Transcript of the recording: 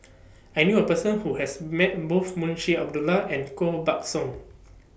I knew A Person Who has Met Both Munshi Abdullah and Koh Buck Song